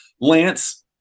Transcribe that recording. Lance –